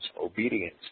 obedience